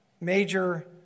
major